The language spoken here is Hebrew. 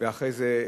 ואחרי זה,